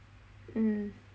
mm